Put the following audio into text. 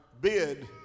bid